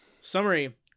Summary